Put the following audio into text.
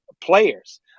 players